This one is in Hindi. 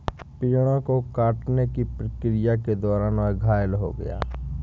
पेड़ों को काटने की प्रक्रिया के दौरान वह घायल हो गया